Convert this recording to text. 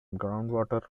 groundwater